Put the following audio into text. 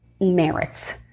merits